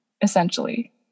essentially